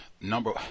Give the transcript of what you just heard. number